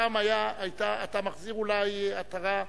פעם היתה, אתה מחזיר אולי עטרה לקדמותה.